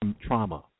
trauma